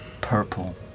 purple